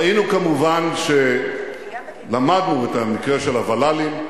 ראינו כמובן, למדנו את המקרה של הוול"לים.